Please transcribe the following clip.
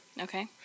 Okay